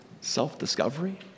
self-discovery